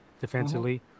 defensively